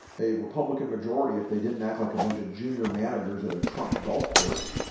a republican majority if they didn't act like a bunch of junior managers at a trump golf course,